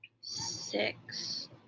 six